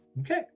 okay